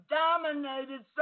dominated